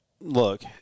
Look